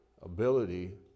ability